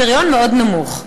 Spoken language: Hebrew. פריון מאוד נמוך.